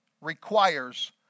requires